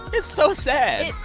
it's so sad